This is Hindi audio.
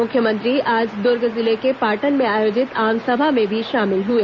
मुख्यमंत्री आज दुर्ग जिले के पाटन में आयोजित आमसभा में भी शामिल हुए